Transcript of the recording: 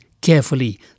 Carefully